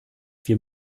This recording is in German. wir